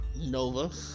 Nova